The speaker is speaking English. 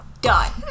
Done